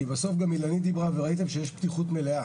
כי בסוף גם אילנית דיברה, וראיתם שיש פתיחות מלאה.